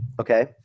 okay